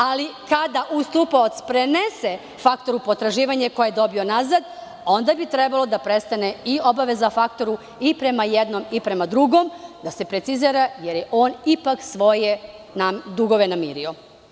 Ali, kada ustupaoc prenese faktoru potraživanje koje je dobio nazad, onda bi trebala da prestane obaveza faktoru i prema jednom i prema drugom, da se precizira, jer je on ipak svoje dugove namirio.